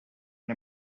and